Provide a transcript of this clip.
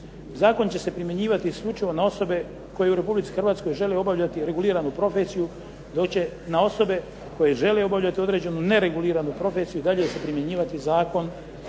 Zakon će se primjenjivati isključivo na osobe koje u Republici Hrvatskoj žele obavljati reguliranu profesiju dok će na osobe koje žele obavljati određenu nereguliranu profesiju i dalje se primjenjivati Zakon